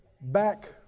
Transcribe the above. Back